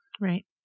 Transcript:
right